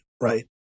right